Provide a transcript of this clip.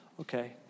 Okay